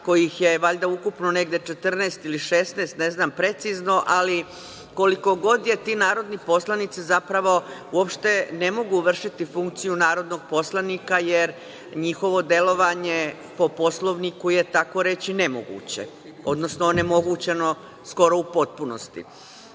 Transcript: kojih je valjda ukupno negde 14 ili 16, ne znam precizno, ali koliko god je, ti narodni poslanici zapravo uopšte ne mogu vršiti funkciju narodnog poslanika, jer njihovo delovanje po Poslovniku je takoreći nemoguće, odnosno onemogućeno skoro u potpunosti. Zato